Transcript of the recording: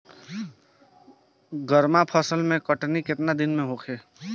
गर्मा फसल के कटनी केतना दिन में होखे?